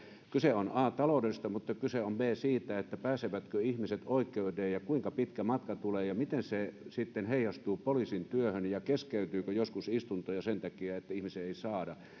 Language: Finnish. kyse on a taloudesta mutta kyse on myös b siitä pääsevätkö ihmiset oikeuteen ja kuinka pitkä matka tulee ja miten se sitten heijastuu poliisin työhön ja keskeytyykö joskus istuntoja sen takia että ihmisiä ei saada paikalle